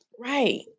Right